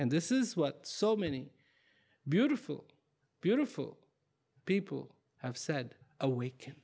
and this is what so many beautiful beautiful people have said awake